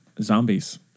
zombies